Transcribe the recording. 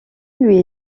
lui